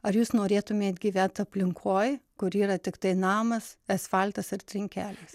ar jūs norėtumėt gyvent aplinkoj kur yra tiktai namas asfaltas ar trinkelės